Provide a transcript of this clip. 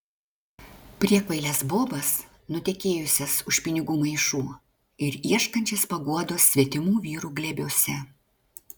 priekvailes bobas nutekėjusias už pinigų maišų ir ieškančias paguodos svetimų vyrų glėbiuose